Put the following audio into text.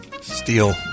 Steel